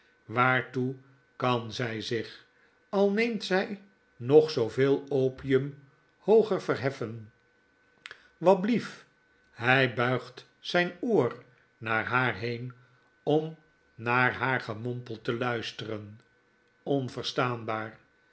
waartoe kan zy zich al neemt zy ng zooveel opium hooger verheffen w blief hy buigt zjjn oor naar haar heen om naar haar gemompel te luisteren onverstaanbaar